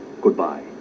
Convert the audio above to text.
Goodbye